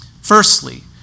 Firstly